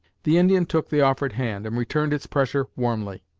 the indian took the offered hand, and returned its pressure warmly.